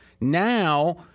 Now